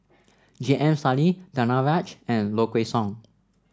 J M Sali Danaraj and Low Kway Song